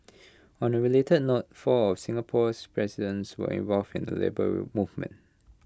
on A related note four of Singapore's presidents were involved in the Labour Movement